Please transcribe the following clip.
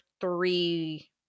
three